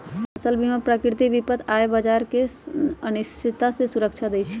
फसल बीमा प्राकृतिक विपत आऽ बाजार के अनिश्चितता से सुरक्षा देँइ छइ